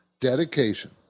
dedication